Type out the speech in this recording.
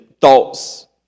thoughts